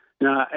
No